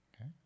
Okay